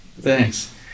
Thanks